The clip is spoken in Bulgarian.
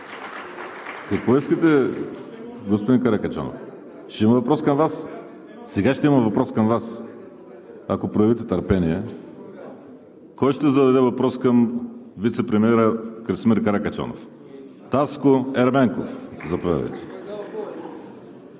Какво искате господин Каракачанов? Сега ще има въпрос към Вас, ако проявите търпение… Кой ще зададе въпрос към вицепремиера Красимир Каракачанов? Таско Ерменков, заповядайте